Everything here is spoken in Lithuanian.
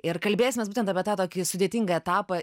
ir kalbėsimės būtent apie tą tokį sudėtingą etapą